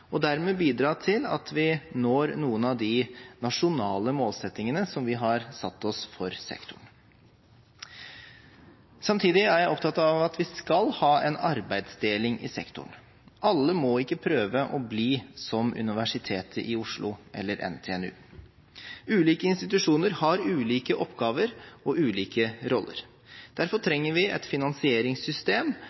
og dermed bidra til at vi når noen av de nasjonale målsettingene som vi har satt oss for sektoren. Samtidig er jeg opptatt av at vi skal ha en arbeidsdeling i sektoren. Alle må ikke prøve å bli som Universitetet i Oslo eller NTNU. Ulike institusjoner har ulike oppgaver og ulike roller. Derfor trenger vi et finansieringssystem